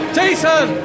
Jason